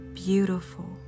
beautiful